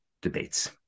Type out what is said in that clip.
debates